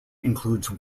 includes